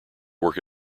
work